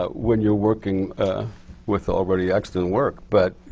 ah when you're working with already extant work. but